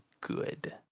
good